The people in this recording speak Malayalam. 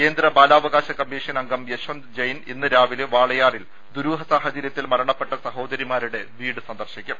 കേന്ദ്ര ബാലാവകാശ കമ്മീഷൻ അംഗം യശ്വന്ത് ജയിൻ ഇന്ന് രാവിലെ വാളയാറിൽ ദുരൂഹ സാഹചര്യത്തിൽ മരണപ്പെട്ട സഹോദരിമാരുടെ വീട് സന്ദർശിക്കും